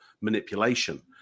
manipulation